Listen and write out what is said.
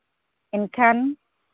ᱮᱱᱠᱷᱟᱱ